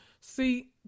See